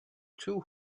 two